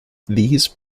these